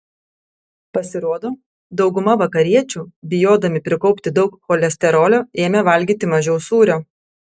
pasirodo dauguma vakariečių bijodami prikaupti daug cholesterolio ėmė valgyti mažiau sūrio